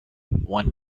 one